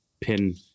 pin